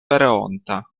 pereonta